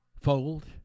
fold